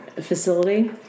facility